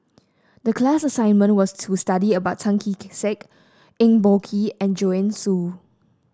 the class assignment was to study about Tan Kee Sek Eng Boh Kee and Joanne Soo